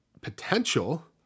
potential